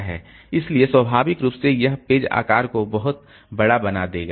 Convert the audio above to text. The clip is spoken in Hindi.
इसलिए स्वाभाविक रूप से यह पेज आकार को बहुत बड़ा बना देगा